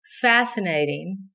fascinating